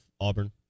Auburn